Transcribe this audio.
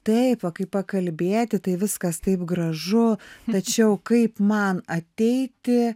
taip va kaip pakalbėti tai viskas taip gražu tačiau kaip man ateiti